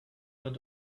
went